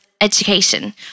education